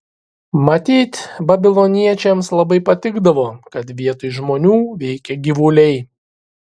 matyt babiloniečiams labai patikdavo kad vietoj žmonių veikia gyvuliai